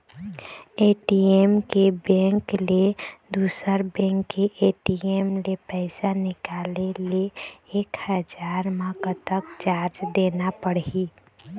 ATM के bank ले दुसर बैंक के ए.टी.एम ले पैसा निकाले ले एक हजार मा कतक चार्ज देना पड़ही?